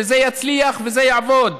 וזה יצליח וזה יעבוד,